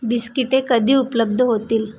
बिस्किटे कधी उपलब्ध होतील